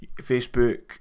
Facebook